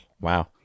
Wow